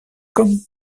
comme